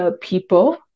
people